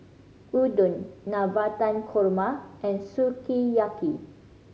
Udon Navratan Korma and Sukiyaki